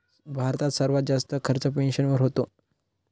भारतात सर्वात जास्त खर्च पेन्शनवर होतो